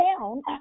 down